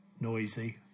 noisy